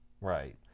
Right